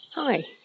Hi